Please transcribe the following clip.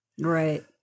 Right